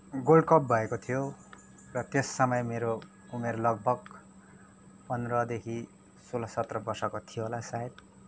gold cup भएको थियो र त्यस समय मेरो उमेर लगभग पन्ध्रदेखि सोह्र सत्र वर्षको थियो होला सायद